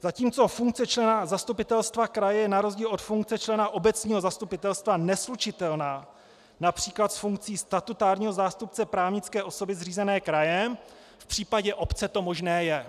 Zatímco funkce člena zastupitelstva kraje je na rozdíl od funkce člena obecního zastupitelstva neslučitelná například s funkcí statutárního zástupce právnické osoby zřízené krajem, v případě obce to možné je.